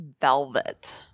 velvet